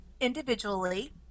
Individually